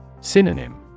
Synonym